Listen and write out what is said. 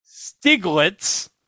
Stiglitz